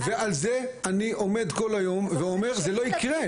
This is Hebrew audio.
ועל זה אני עומד כל היום ואומר, זה לא יקרה.